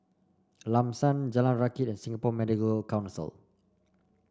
Lam San Jalan Rakit and Singapore Medical Council